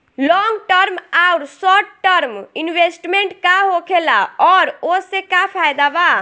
Long term आउर short term investment का होखेला और ओसे का फायदा बा?